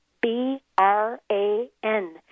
B-R-A-N